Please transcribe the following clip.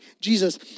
Jesus